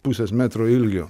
pusės metro ilgio